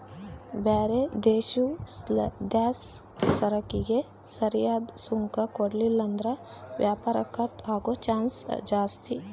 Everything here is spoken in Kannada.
ಬ್ಯಾರೆ ದೇಶುದ್ಲಾಸಿಸರಕಿಗೆ ಸರಿಯಾದ್ ಸುಂಕ ಕೊಡ್ಲಿಲ್ಲುದ್ರ ವ್ಯಾಪಾರ ಕಟ್ ಆಗೋ ಚಾನ್ಸ್ ಜಾಸ್ತಿ